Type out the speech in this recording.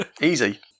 Easy